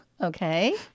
Okay